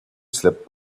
slipped